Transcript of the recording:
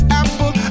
apple